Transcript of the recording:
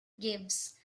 gives